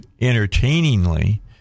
entertainingly